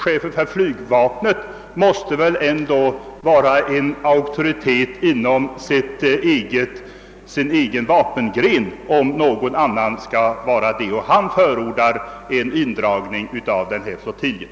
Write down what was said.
Chefen för flygvapnet är väl om någon en auktoritet inom sin egen vapengren, och han förordar en indragning av flottiljen.